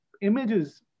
images